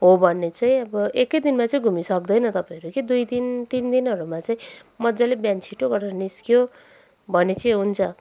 हो भने चाहिँ अब एकैदिनमा चाहिँ घुमिसक्दैन तपाईँहरू कि दुई दिन तिन दिनहरूमा चाहिँ मज्जाले बिहान छिटो गरेर निस्कियो भने चाहिँ हुन्छ